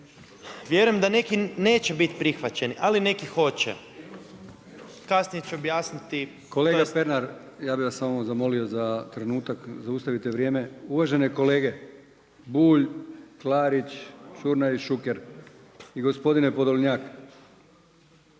vjerujem da neki neće biti prihvaćeni, ali neki hoće. Kasnije ću objasniti … …/Upadica Brkić: Kolega Pernar, ja bih vas samo zamolio za trenutak. Zaustavite vrijeme. Uvažene kolege Bulj, Klarić, Ćuraj i Šuker i gospodine Podolnjak,